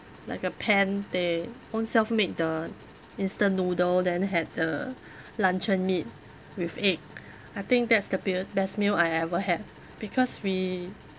like a pan they ownself made the instant noodle then had the luncheon meat with egg I think that's the be~ best meal I ever had because we